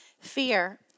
fear